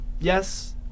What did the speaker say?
yes